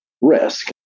risk